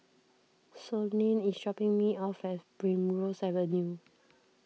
Sloane is dropping me off at Primrose Avenue